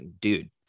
dude